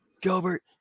Gilbert